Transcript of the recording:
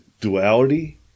duality